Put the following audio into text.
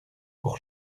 pour